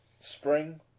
Spring